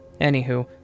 Anywho